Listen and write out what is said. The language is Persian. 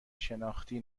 شناختی